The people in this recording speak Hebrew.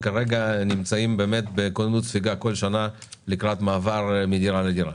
שנמצאים כל שנה בכוננות ספיגה לקראת מעבר מדירה לדירה.